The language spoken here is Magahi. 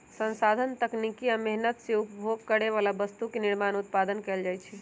संसाधन तकनीकी आ मेहनत से उपभोग करे बला वस्तु के निर्माण उत्पादन कएल जाइ छइ